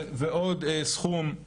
ועוד סכום